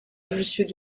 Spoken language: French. monsieur